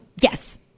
yes